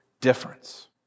difference